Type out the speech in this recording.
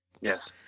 Yes